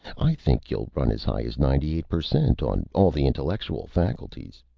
i think you'll run as high as ninety eight per cent on all the intellectual faculties.